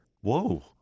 Whoa